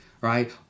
right